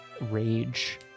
Rage